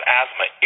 asthma